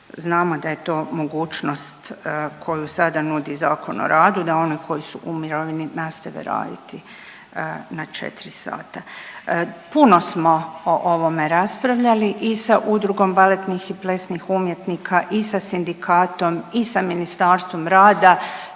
znamo da je to mogućnost koju sada nudi Zakon o radu da oni koji su u mirovini nastave raditi na 4 sata. Puno smo o ovome raspravljali i sa udrugom baletnih i plesnih umjetnika i sa sindikatom i sa Ministarstvom rada,